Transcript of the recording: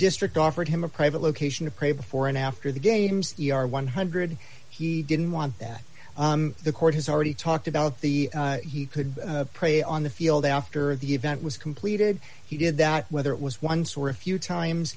district offered him a private location to pray before and after the games are one hundred he didn't want that the court has already talked about the he could pray on the field after the event was completed he did that whether it was one sort of few times